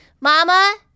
Mama